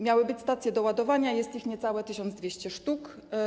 Miały być stacje doładowania, jest ich niecałe 1200 sztuk.